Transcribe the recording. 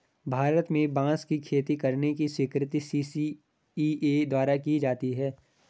भारत में बांस की खेती करने की स्वीकृति सी.सी.इ.ए द्वारा दी जाती है